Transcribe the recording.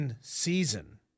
season